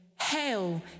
Hail